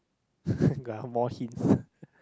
got more hints